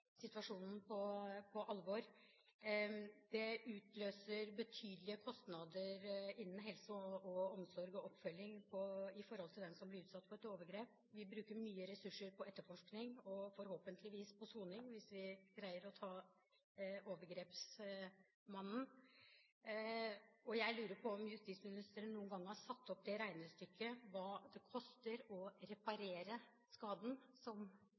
omsorg å følge opp den som blir utsatt for et overgrep. Vi bruker mye ressurser på etterforskning – og forhåpentligvis på soning, hvis vi greier å ta overgrepsmannen. Jeg lurer på om justisministeren noen gang har satt opp regnestykket: Hva koster det å reparere skaden, som